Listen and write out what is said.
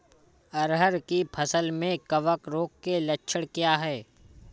अरहर की फसल में कवक रोग के लक्षण क्या है?